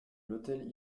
l’hôtel